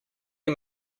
you